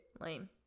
Lame